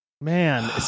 Man